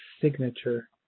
signature